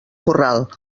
corral